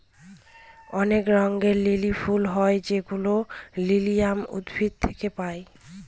অনেক রঙের লিলি ফুল হয় যেগুলো লিলিয়াম উদ্ভিদ থেকে পায়